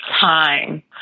time